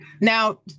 Now